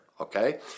okay